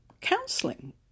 counseling